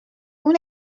اون